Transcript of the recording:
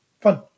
fun